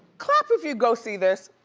clap if you'd go see this.